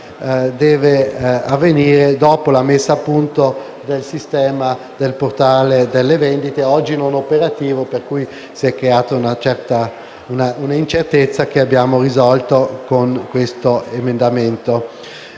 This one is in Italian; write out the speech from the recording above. deve avvenire dopo la messa a punto del sistema del portale delle vendite, oggi non operativo, per cui si è creata un'incertezza che abbiamo risolto con questo emendamento.